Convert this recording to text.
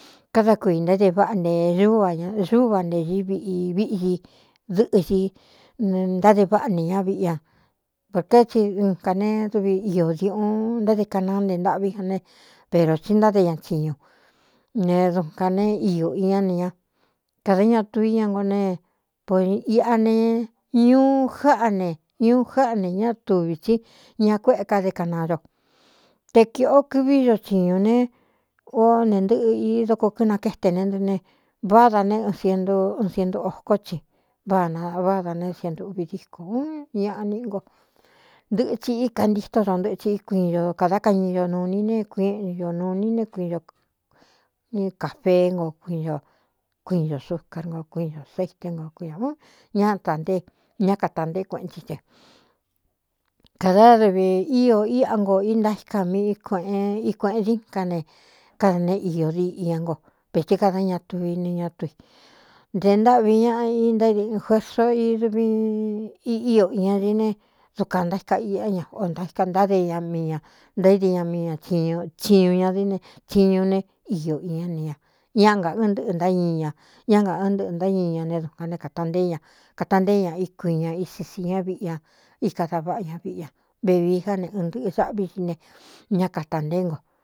Káda kuī ntaéde váꞌa nte úva ña zúva nte ivi ī viꞌdi dɨꞌɨ di ne ntáde váꞌa nī ña viꞌi ña porqée tsi ɨn kā ne duvi iō diuꞌun ntáde kanaá nte ntâꞌví ña ne verō tsi ntáde ña tsiñu ne dukān ne iō iñá ne ña kāda ña tu iña ngo ne po iꞌa ne ñuu jáꞌa ne ñuú jáꞌa ne ña tuvī tsi ña kuéꞌe ká de kanaa do te kīꞌo kɨví do thiñū ne o ne ntɨꞌɨ i doko kɨnakéte ne ntoɨ ne váda ne n sientu ɨn sientu okó tsi váꞌā na váda ne sintuvi dikō ñaꞌa niꞌ ngo ndɨtsi í ka ntító ndo ntɨtsɨ kuiin ño kādá kañi ño nuu ini ne kuiꞌn ño nuu ini né kuiin ño kāfeé nko kuiin ño kuiin ño sucarngo kuiin ñō seite no kuiā ó ñatā nté ñá kāta ntéé kueꞌen csí te kādaádɨvi íō íꞌa ngo intaíka miꞌi kuēꞌen i kuēꞌen din ká ne káda neꞌ iō di iña ngo vētsi kada ña tui ne ñatu i ntē ntâꞌvi ñaꞌa i ntaídeꞌɨɨn juerso iduvi i ío iña ñií ne dukān ntaíka iꞌá ña o ntaíka ntáde ña mii ña ntaíde ña mii ña chiñu thiñu ña dine chiñu ne iō iñá ne ña ñáꞌ ngā ɨɨn ntɨꞌɨ ntáñii ña ñá ngā ɨɨn ntɨꞌɨ̄ ntáñii ña ne dukān né kāta ntée ña kāta ntéé ña i kuin ña isi siña viꞌi ña íka da váꞌa ña viꞌi ña vevií ká ne ɨn ntɨꞌɨ sáꞌví xi ne ñá kāta ntéé ngo.